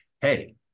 hey